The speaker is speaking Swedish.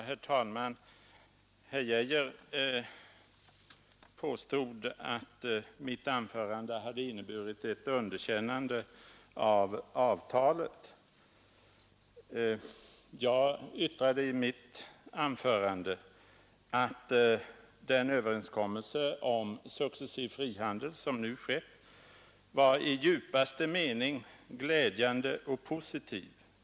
Herr talman! Herr Geijer påstod att mitt anförande inneburit ett underkännande av avtalet. Men tvärtom sade jag i mitt anförande att överenskommelsen om successiv frihandel var i djupaste mening glädjande och positiv.